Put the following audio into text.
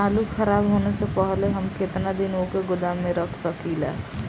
आलूखराब होने से पहले हम केतना दिन वोके गोदाम में रख सकिला?